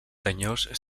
senyors